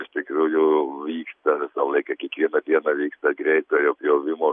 iš tikrųjų vyksta visą laiką kiekvieną dieną vyksta greitojo pjovimo